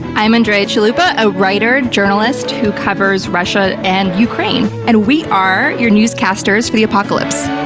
i'm andrea chalupa, a writer, journalist, who covers russia and ukraine. and we are your newscasters for the apocalypse.